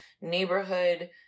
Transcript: neighborhood